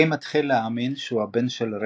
קיי מתחיל להאמין שהוא הבן של רייצ'ל.